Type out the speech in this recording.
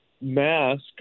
mask